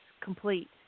complete